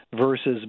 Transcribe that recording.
versus